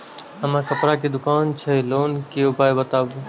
हमर कपड़ा के दुकान छै लोन के उपाय बताबू?